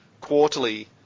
quarterly